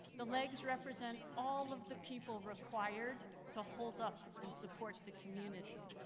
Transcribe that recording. the legs represent all of the people required to hold up and support the community.